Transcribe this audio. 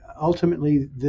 Ultimately